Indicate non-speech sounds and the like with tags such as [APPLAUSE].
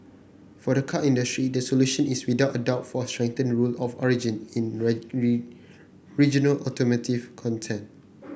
for the car industry the solution is without a doubt for a strengthened rule of origin in [UNINTELLIGIBLE] regional automotive content